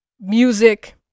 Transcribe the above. music